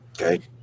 Okay